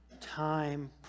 time